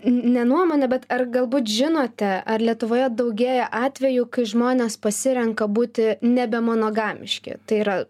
ne nuomonė bet ar galbūt žinote ar lietuvoje daugėja atvejų kai žmonės pasirenka būti nebemonogamiški tai yra